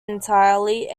entirely